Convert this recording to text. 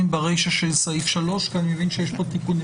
ברישה של סעיף 3 כי אני מבין שיש כאן תיקון.